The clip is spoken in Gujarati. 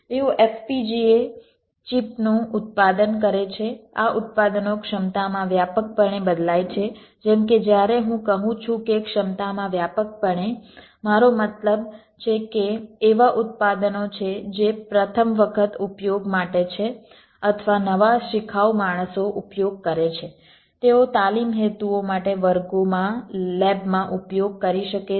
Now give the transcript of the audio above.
તેઓ FPGA ચિપનું ઉત્પાદન કરે છે આ ઉત્પાદનો ક્ષમતામાં વ્યાપકપણે બદલાય છે જેમ કે જ્યારે હું કહું છું કે ક્ષમતામાં વ્યાપકપણે મારો મતલબ છે કે એવા ઉત્પાદનો છે જે પ્રથમ વખત ઉપયોગ માટે છે અથવા નવા શિખાઉ માણસો ઉપયોગ કરે છે તેઓ તાલીમ હેતુઓ માટે વર્ગોમાં લેબમાં ઉપયોગ કરી શકે છે